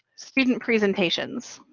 student presentations.